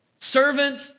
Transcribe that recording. servant